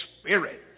spirit